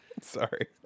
Sorry